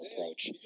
approach